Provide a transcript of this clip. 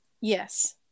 Yes